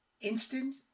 Instant